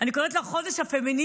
אני קוראת לו החודש הפמיניסטי,